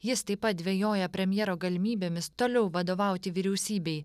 jis taip pat dvejoja premjero galimybėmis toliau vadovauti vyriausybei